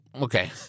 okay